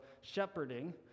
shepherding